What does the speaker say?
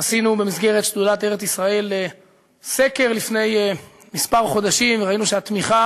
ערכנו במסגרת שדולת ארץ-ישראל סקר לפני כמה חודשים וראינו שהתמיכה